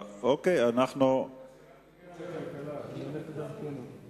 אני חושב ועדת הפנים.